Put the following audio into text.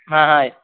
ಹಾಂ ಹಾಂ